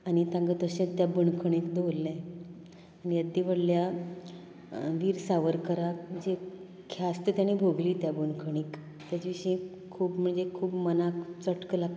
आनी तांका तशेंत त्या बंदखणीक दवरलें येदे व्हडल्या वीर सावरकराक जे ख्यास्त ताणें भोगली त्या बंदखणीक तेचे विशीं खूब म्हणजे खूब मनाक चटको लागता